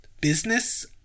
business